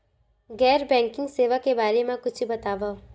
गैर बैंकिंग सेवा के बारे म कुछु बतावव?